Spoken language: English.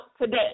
today